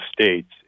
states